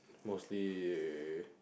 mostly